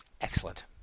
Excellent